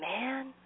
man